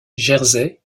jersey